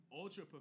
ultra